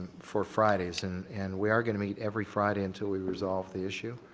for friday's and and we are going to meet every friday until we resolve the issue